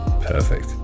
Perfect